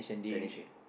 technician